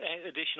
additional